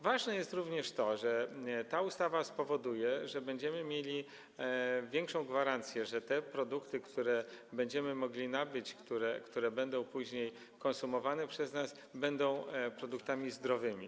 Ważne jest również to, że ta ustawa spowoduje, że będziemy mieli większą gwarancję, że te produkty, które będziemy mogli nabyć, a które później będą przez nas konsumowane, będą produktami zdrowymi.